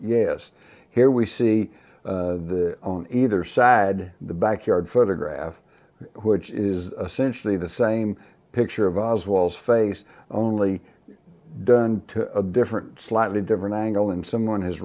yes here we see on either side the backyard photograph which is essentially the same picture of oz walls face only done to different slightly different angle and someone